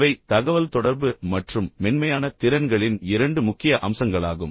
இவை தகவல்தொடர்பு மற்றும் மென்மையான திறன்களின் இரண்டு முக்கிய அம்சங்களாகும்